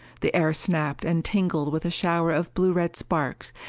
the air snapped and tingled with a shower of blue-red sparks,